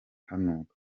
hanuka